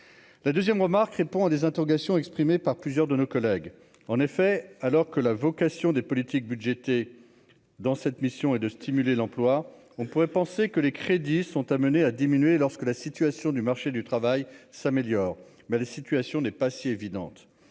la 2ème remarque répond à des interrogations exprimées par plusieurs de nos collègues, en effet, alors que la vocation des politiques budgété dans cette mission est de stimuler l'emploi, on pourrait penser que les crédits sont amenés à diminuer lorsque la situation du marché du travail s'améliore, mais la situation n'est pas si évidente,